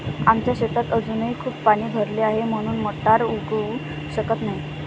आमच्या शेतात अजूनही खूप पाणी भरले आहे, म्हणून मटार उगवू शकत नाही